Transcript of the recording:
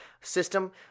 system